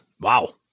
Wow